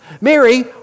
Mary